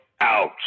out